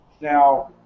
Now